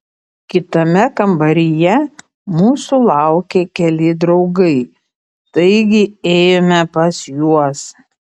kitame kambaryje mūsų laukė keli draugai taigi ėjome pas juos